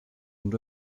und